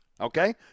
okay